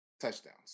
touchdowns